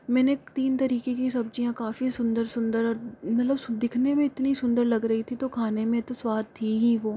मैंने तीन तरीके की सब्ज़ियाँ काफी सुन्दर सुन्दर मतलब दिखने में इतनी सुन्दर लग रही थी तो खाने में स्वाद थी ही वह